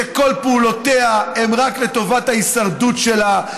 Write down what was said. שכל פעולותיה הן רק לטובת ההישרדות שלה,